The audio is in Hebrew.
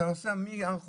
אתה נוסע מהר חוצבים,